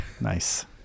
nice